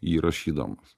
jį rašydamas